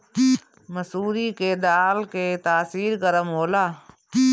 मसूरी के दाल के तासीर गरम होला